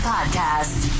Podcast